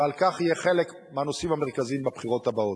ועל כך יהיו חלק מהנושאים המרכזיים בבחירות הבאות.